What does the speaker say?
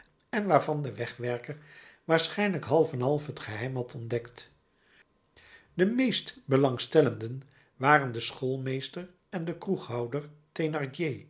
en waarvan de wegwerker waarschijnlijk half en half het geheim had ontdekt de meest belangstellenden waren de schoolmeester en de